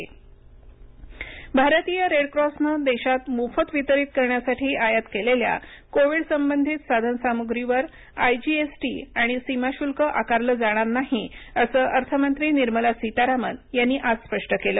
सीतारामन भारतीय रेड क्रॉसनंदेशात मोफत वितरीत करण्यासाठी आयात केलेल्याकोविड संबंधित साधन सामग्रीवर आयजीएसटी आणि सीमाशुल्क आकारलं जाणार नाही असं अर्थ मंत्री निर्मला सीतारामन यांनी आज स्पष्ट केलं